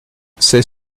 c’est